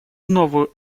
новую